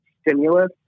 stimulus